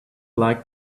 like